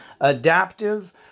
adaptive